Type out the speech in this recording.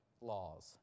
laws